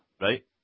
Right